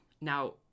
Now